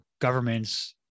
governments